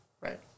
Right